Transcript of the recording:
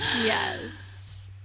Yes